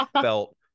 felt